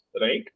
right